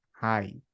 hi